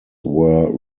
were